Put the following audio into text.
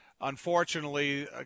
Unfortunately